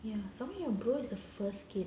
ya something some more your brother is the first kid